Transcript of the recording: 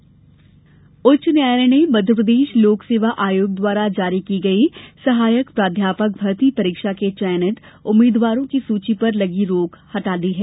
उच्च न्यायालय उच्च न्यायालय ने मध्यप्रदेश लोकसेवा आयोग द्वारा जारी की गई सहायक प्राध्यपक भर्ती परीक्षा के चयनित उम्मीदवारों की सूची पर लगी रोक हठा दी है